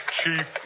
chief